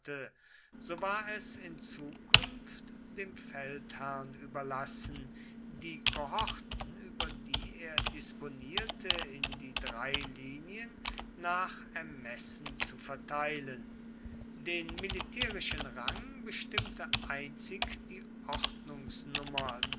so war es in zukunft dem feldherrn überlassen die kohorten über die er disponierte in die drei linien nach ermessen zu verteilen den militärischen rang bestimmte einzig die